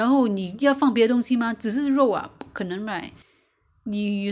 and I have to put the garlic also pu~ put garlic inside